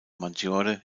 maggiore